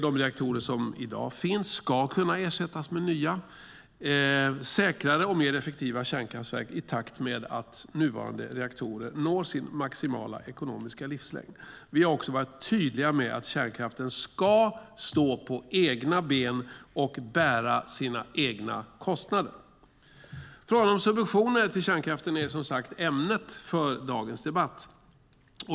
De reaktorer som finns i dag ska kunna ersättas med nya säkrare och mer effektiva kärnkraftverk i takt med att nuvarande reaktorer når sin maximala ekonomiska livslängd. Vi har också varit tydliga med att kärnkraften ska stå på egna ben och bära sina egna kostnader. Frågan om subventioner till kärnkraften är ämnet för dagens debatt.